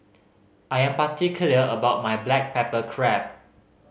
I am particular about my black pepper crab